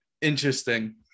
Interesting